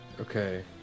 Okay